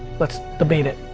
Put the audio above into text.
let's debate it.